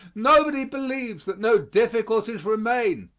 nobody believes that no difficulties remain.